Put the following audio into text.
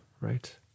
right